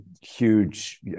huge